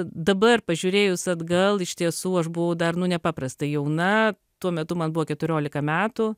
dabar pažiūrėjus atgal iš tiesų aš buvau dar nu nepaprastai jauna tuo metu man buvo keturiolika metų